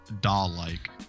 doll-like